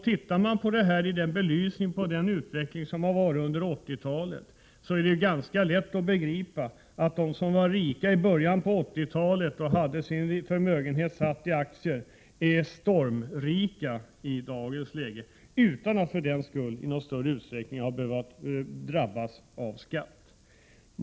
Ser man på detta i ljuset av den utveckling som har skett under 80-talet, är det ganska lätt att begripa att de som var rika i början av 80-talet och hade sin förmögenhet satt i aktier är stormrika i dagens läge — utan att för den skull ha behövt drabbas av skatt i någon större utsträckning.